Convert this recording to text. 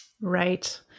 Right